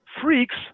Freaks